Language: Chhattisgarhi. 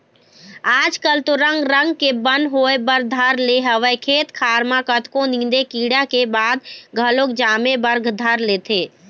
आज कल तो रंग रंग के बन होय बर धर ले हवय खेत खार म कतको नींदे कोड़े के बाद घलोक जामे बर धर लेथे